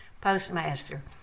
postmaster